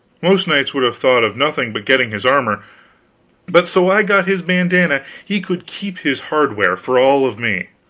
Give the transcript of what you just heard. most knights would have thought of nothing but getting his armor but so i got his bandanna, he could keep his hardware, for all of me.